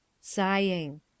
Sighing